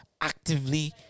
actively